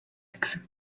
mixing